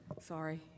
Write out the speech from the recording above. Sorry